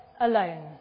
alone